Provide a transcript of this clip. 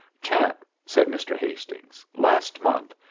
champ, said mr. hastings, last month,